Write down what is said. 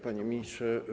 Panie Ministrze!